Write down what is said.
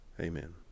amen